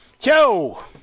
Yo